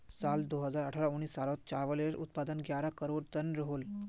साल दो हज़ार अठारह उन्नीस सालोत चावालेर उत्पादन ग्यारह करोड़ तन रोहोल